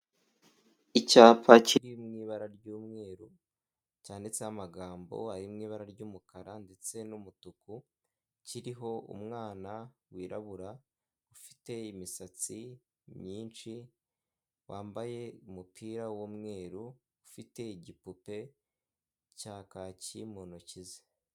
Icyapa kiri mu ibara ry'umweru cyanditseho amagambo ari mu ibara ry'umukara ndetse n'umutuku, kiriho umwana wirabura ufite imisatsi myinshi wambaye umupira w'umweru ufite igipupe cya kaki mu ntoki ze.